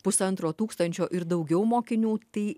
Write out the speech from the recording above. pusantro tūkstančio ir daugiau mokinių tai